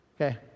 Okay